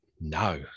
no